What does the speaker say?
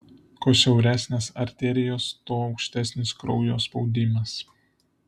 kuo siauresnės arterijos tuo aukštesnis kraujo spaudimas